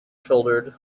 shouldered